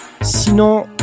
Sinon